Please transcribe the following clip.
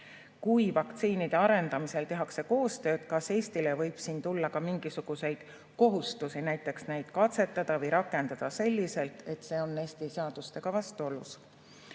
kui vaktsiinide arendamisel tehakse koostööd, siis kas Eestile võib tulla ka mingisuguseid kohustusi, näiteks neid katsetada või rakendada selliselt, et see on Eesti seadustega vastuolus.